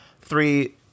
three